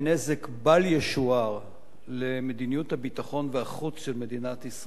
בל ישוער למדיניות הביטחון והחוץ של מדינת ישראל.